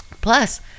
Plus